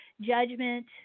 judgment